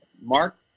Mark